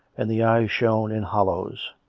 and the eyes shone in hollows.